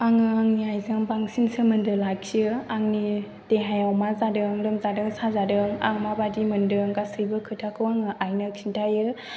आङो आंनि आइजों बांसिन सोमोन्दो लाखियो आंनि देहायाव मा जादों लोमजादों साजादों आं माबादि मोनदों गासैबो खोथाखौ आङो आइनो खिन्थायो